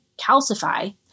calcify